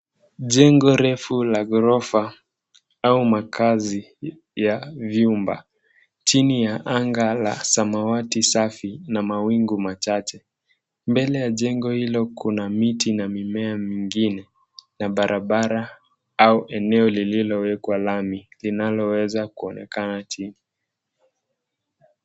Jengo refu la ghorofa au makazi ya vyumba chini ya anga la samawati safi na mawingu machache. Mbele ya jengo hilo kuna miti na mimea mingine na barabara au eneo lililowekwa lami linaloweza kuonekana chini.